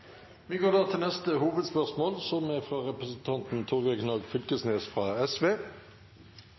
Vi går da til neste hovedspørsmål. Det er